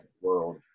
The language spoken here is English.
World